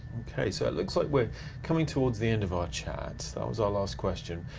okay so it looks like we're coming towards the end of our chat. that was our last question,